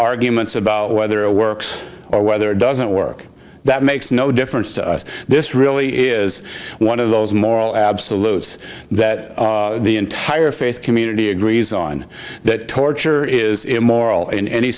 arguments about whether it works or whether it doesn't work that makes no difference to us this really is one of those moral absolutes that the entire faith community agrees on that torture is immoral in any